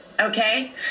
okay